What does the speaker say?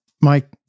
Mike